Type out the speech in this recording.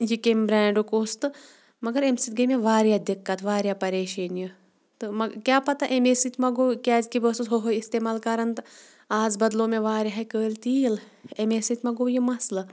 یہِ کَمہِ برٛینٛڈُک اوس تہٕ مگر اَمہِ سۭتۍ گٔے مےٚ واریاہ دِقت واریاہ پریشٲنیہِ تہٕ مَہ کیٛاہ پَتہ اَمے سۭتۍ مہ گوٚو کیٛازِکہِ بہٕ ٲسٕس ہُہ ہو استعمال کَران تہٕ آز بَدلو مےٚ واریاہے کٲلۍ تیٖل اَمے سۭتۍ مہ گوٚو یہِ مسلہٕ